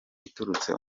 iturutse